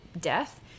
death